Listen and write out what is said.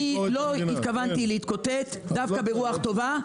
אני לא התכוונתי להתקוטט, דווקא ברוח טובה.